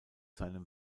seinem